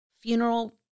funeral